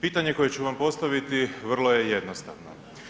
Pitanje koje ću vam postaviti vrlo je jednostavno.